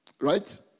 Right